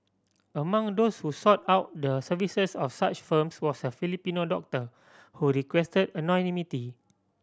among those who sought out the services of such firms was a Filipino doctor who requested anonymity